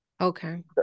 Okay